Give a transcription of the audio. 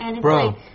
Bro